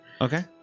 Okay